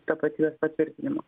tapatybės patvirtinimo